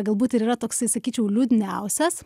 galbūt ir yra toksai sakyčiau liūdniausias